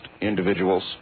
individuals